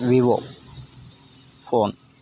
Vivo phone